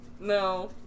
No